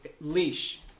leash